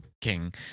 King